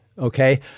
Okay